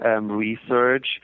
research